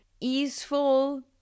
easeful